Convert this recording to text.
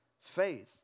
faith